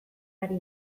ari